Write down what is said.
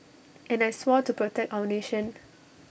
and I swore to protect our nation